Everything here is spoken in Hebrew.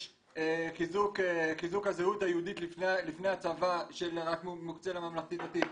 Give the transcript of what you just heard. יש חיזוק הזהות היהודית לפני הצבא שרק מוקצה לממלכתי-דתי.